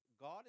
God